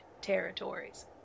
territories